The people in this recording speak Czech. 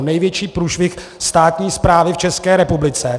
Největší průšvih státní správy v České republice.